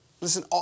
Listen